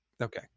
Okay